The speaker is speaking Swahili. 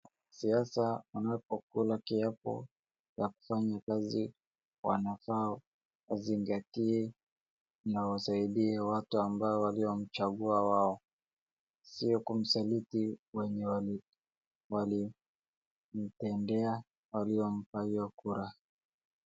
Wanasiasa wanapo kula kiapo ya kufanya kazi wanafaa wazingatie na wasaidie watu ambao waliomchagua wao. Sio kumsaliti wenye walim, waliomtendea, walio mpa hio kura.